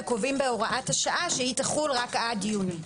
וקובעים בהוראת השעה שהיא תחול רק עד יוני.